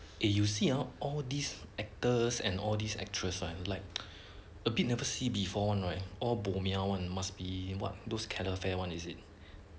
eh you see ah all these actors and all these actress like a bit never see before one right all one must be what those calefare one is it